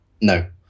No